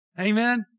Amen